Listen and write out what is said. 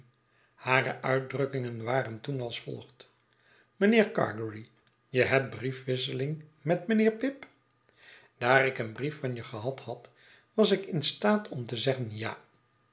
hare uitdrukkingen waren toen als volgt mijnheer gargery je bebt briefwisseling met mijnheer pip daar ik een brief van je gehad had was ik in staat om te zeggen ja